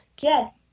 Yes